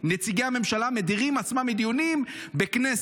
ונציגי הממשלה גם מדירים עצמם בהוראת השר מדיונים בכנסת.